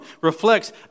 reflects